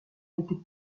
n’était